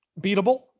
beatable